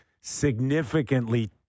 significantly